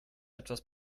etwas